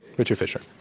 richard fisher.